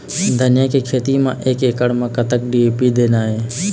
धनिया के खेती म एक एकड़ म कतक डी.ए.पी देना ये?